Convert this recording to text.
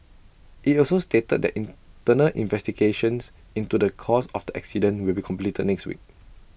IT also stated that internal investigations into the cause of the accident will be completed next week